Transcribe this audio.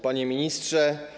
Panie Ministrze!